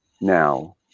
Now